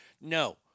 No